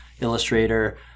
illustrator